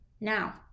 now